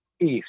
east